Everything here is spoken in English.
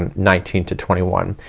and nineteen to twenty one.